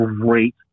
great